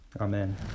amen